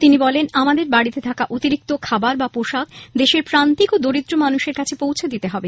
তিনি বলেন আমাদের বাড়িতে থাকা অতিরিক্ত খাবার বা পোশাক দেশের প্রান্তিক এবং দরিদ্র মানুষের কাছে পৌঁছে দিতে হবে